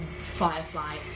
Firefly